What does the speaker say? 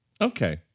Okay